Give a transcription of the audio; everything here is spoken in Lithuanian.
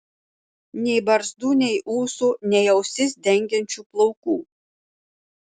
nei barzdų nei ūsų nei ausis dengiančių plaukų